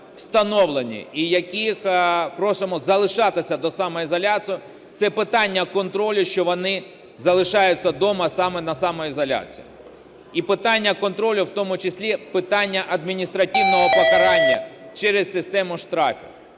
встановлені і яких просимо залишатися на самоізоляції, це питання контролю, що вони залишаються вдома на самоізоляції. І питання контролю, в тому числі питання адміністративного покарання через систему штрафів.